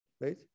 right